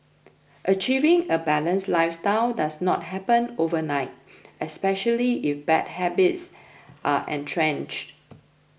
achieving a balanced lifestyle does not happen overnight especially if bad habits are entrenched